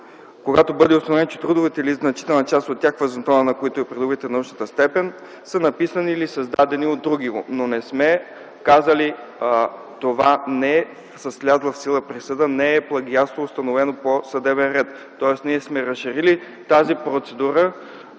когато бъде установено, че трудовете или значителна част от тях, въз основа на които е придобита научната степен, са написани или създадени от другиго. Но не сме казали – това не е с влязла в сила присъда, не е плагиатство, установено по съдебен ред. Тоест ние сме разширили тази процедура,